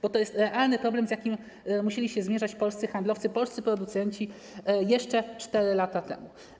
Bo to jest realny problem, z jakim musieli się mierzyć polscy handlowcy, polscy producenci jeszcze 4 lata temu.